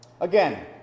Again